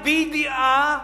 בידיעה,